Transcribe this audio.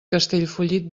castellfollit